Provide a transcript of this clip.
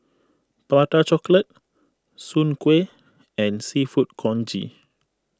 Prata Chocolate Soon Kueh and Seafood Congee